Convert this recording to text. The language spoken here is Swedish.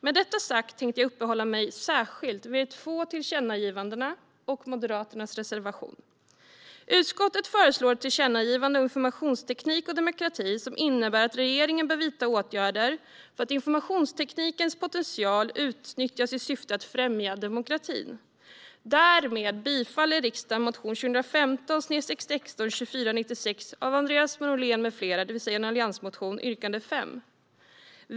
Med detta sagt tänkte jag uppehålla mig särskilt vid de två tillkännagivandena och Moderaternas reservation. Utskottet föreslår ett tillkännagivande om informationsteknik och demokrati, som innebär att regeringen bör vidta åtgärder för att informationsteknikens potential utnyttjas i syfte att främja demokratin. Därmed bifaller riksdagen motion 2015/16:2496 av Andreas Norlén med flera, det vill säga en alliansmotion, yrkande 5.